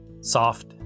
soft